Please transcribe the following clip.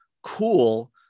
cool